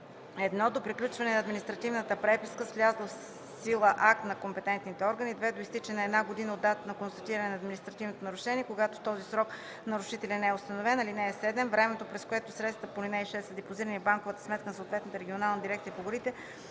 1. до приключване на административната преписка с влязъл в сила акт на компетентен орган; 2. до изтичане на една година от датата на констатиране на административното нарушение – когато в този срок нарушителят не е установен. (7) За времето, през което средствата по ал. 6 са депозирани в банковата сметка на съответната регионална дирекция по горите,